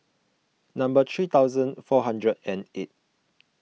number three thousand four hundred and eight